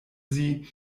sie